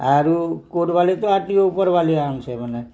ଆରୁ କୋର୍ଟ ବାଲେ ତ ଆର୍ ଟିକ ଉପର ବାଲେ ସେମାନେ